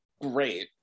great